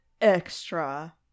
extra